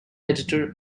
editor